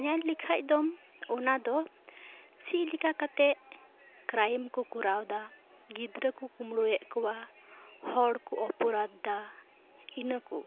ᱧᱮᱞ ᱞᱮᱠᱷᱟᱱ ᱫᱚᱢ ᱚᱱᱟ ᱫᱚ ᱪᱮᱫ ᱞᱮᱠᱟ ᱠᱟᱛᱮ ᱠᱨᱟᱭᱤᱢ ᱠᱚ ᱠᱚᱨᱟᱣ ᱮᱫᱟ ᱜᱤᱫᱽᱨᱟᱹ ᱠᱚ ᱠᱩᱢᱵᱽᱲᱩᱭᱮᱫ ᱠᱚᱣᱟ ᱦᱚᱲ ᱠᱚ ᱚᱯᱚᱨᱟᱫᱽ ᱮᱫᱟ ᱤᱱᱟᱹ ᱠᱚ